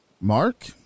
Mark